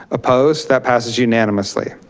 opposed, that passes unanimously.